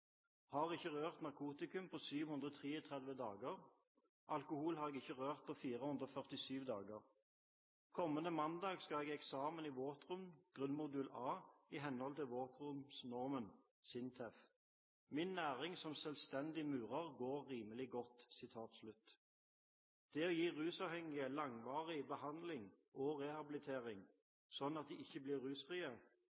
Har ikke rørt narkotikum på 733 dager. Alkohol har jeg ikke rørt på 447 dager. Kommende mandag har jeg eksamen i Våtrom Grunnmodul A iht Våtromsnormen Min næring som selvstendig murer går rimelig godt.» Det å gi rusavhengige langvarig behandling og rehabilitering